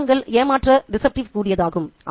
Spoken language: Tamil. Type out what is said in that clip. எனவே தோற்றங்கள் ஏமாற்ற கூடியதாகும்